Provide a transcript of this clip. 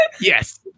Yes